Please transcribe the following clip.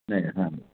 नाही हां